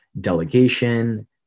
delegation